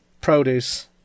Produce